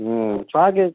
ହୁଁ ଛୁଆ'କେ